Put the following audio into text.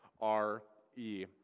R-E